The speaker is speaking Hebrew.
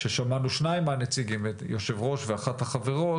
ששמענו שניים מהנציגים יושב הראש ואחת החברות,